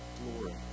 glory